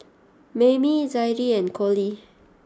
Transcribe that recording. Maymie Zadie and Coley